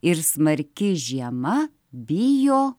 ir smarki žiema bijo